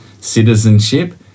citizenship